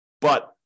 But-